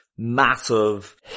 massive